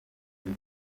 muri